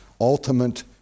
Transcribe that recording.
ultimate